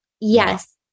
Yes